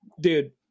dude